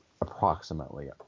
approximately